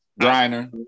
Griner